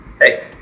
hey